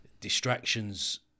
distractions